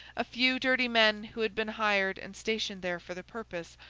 a few dirty men, who had been hired and stationed there for the purpose,